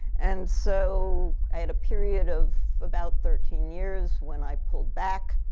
and so i had a period of about thirteen years, when i pulled back.